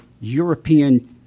European